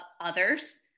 others